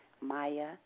Maya